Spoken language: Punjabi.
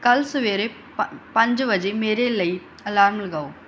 ਕੱਲ੍ਹ ਸਵੇਰੇ ਪ ਪੰਜ ਵਜੇ ਮੇਰੇ ਲਈ ਅਲਾਰਮ ਲਗਾਓ